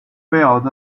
failed